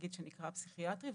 נגיד שנקרא פסיכיאטרי,